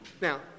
now